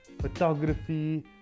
photography